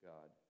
God